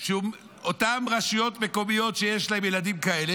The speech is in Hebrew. שאותן רשויות מקומיות שיש להן ילדים כאלה,